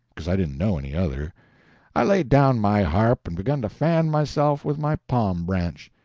because i didn't know any other i laid down my harp and begun to fan myself with my palm branch.